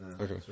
okay